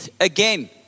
again